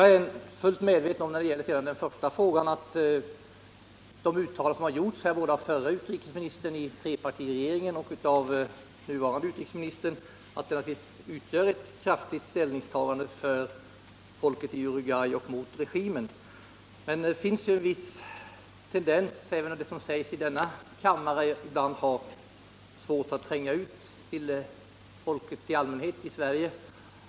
När det sedan gäller den första frågan är jag fullt medveten om att de uttalanden som gjorts såväl av utrikesministern i trepartiregeringen som av den nuvarande utrikesministern naturligtvis inneburit att man från svensk sida gjort ett ytterligare kraftigt ställningstagande för folket i Uruguay och mot regimen. Men det finns en viss tendens till att även det som sägs i denna kammare ibland har svårt att tränga ut till allmänheten i Sverige.